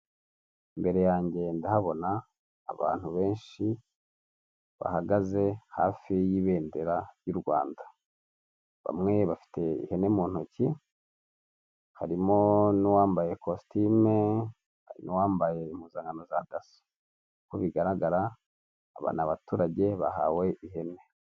imbere yanjye ndahabona abantu benshi bahagaze hafi y'ibendera ry'u Rwanda, bamwe bafite ihene mu ntoki, harimo n'uwambaye kositime, hari n'uwambaye impuzangana na za daso, uko bigaragara aba ni abaturage bahawe ihene.